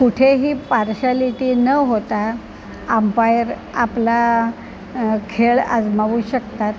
कुठेही पार्शॅलिटी न होता आम्पायर आपला खेळ आजमावू शकतात